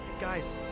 guys